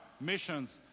missions